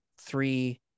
three